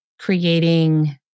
creating